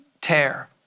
tear